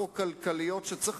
שדיונים כאלה נערכים ערב פסח?